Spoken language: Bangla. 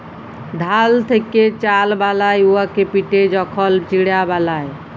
ধাল থ্যাকে চাল বালায় উয়াকে পিটে যখল চিড়া বালায়